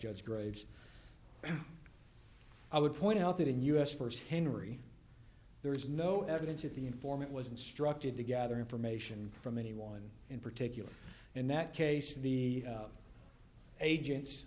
judge graves i would point out that in us st henry there is no evidence that the informant was instructed to gather information from anyone in particular in that case the agents